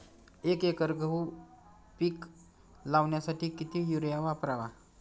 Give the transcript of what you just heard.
एक एकर गहू पीक लावण्यासाठी किती युरिया वापरावा?